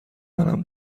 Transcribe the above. منم